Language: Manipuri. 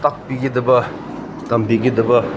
ꯇꯥꯛꯄꯤꯒꯗꯕ ꯇꯝꯕꯤꯒꯗꯕ